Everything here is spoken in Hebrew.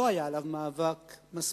לא היה עליו מאבק מספיק,